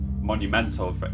monumental